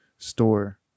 Store